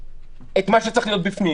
את מה שצריך להיות בפנים.